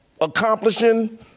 accomplishing